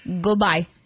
Goodbye